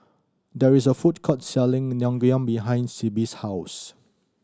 there is a food court selling Naengmyeon behind Sibbie's house